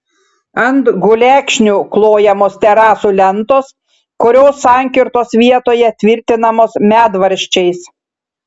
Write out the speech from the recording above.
ant gulekšnių klojamos terasų lentos kurios sankirtos vietoje tvirtinamos medvaržčiais